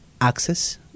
access